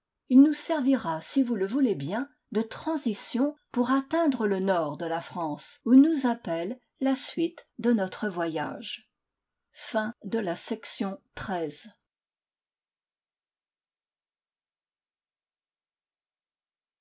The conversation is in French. il nous servira si vous le voulez bien de transition pour atteindre le nord de la france où nous appelle la suite de notre voyage